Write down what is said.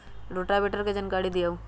Rotavator के जानकारी दिआउ?